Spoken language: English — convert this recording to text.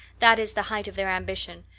that is the height of their ambition.